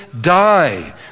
die